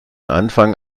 anfang